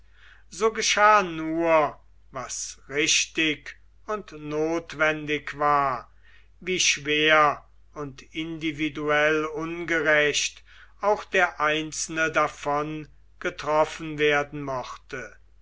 so geschah nur was richtig und notwendig war wie schwer und individuell ungerecht auch der einzelne davon getroffen werden mochte